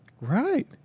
Right